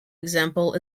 example